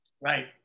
Right